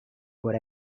por